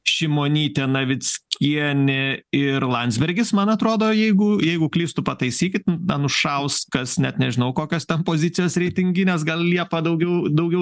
šimonytė navickienė ir landsbergis man atrodo jeigu jeigu klystu pataisykit anušauskas net nežinau kokios ten pozicijos reitinginės gal liepa daugiau daugiau